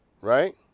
right